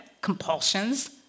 compulsions